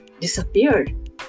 disappeared